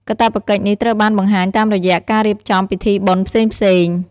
កាតព្វកិច្ចនេះត្រូវបានបង្ហាញតាមរយៈការរៀបចំពិធីបុណ្យផ្សេងៗ។